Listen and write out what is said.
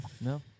No